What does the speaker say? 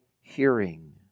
hearing